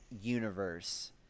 universe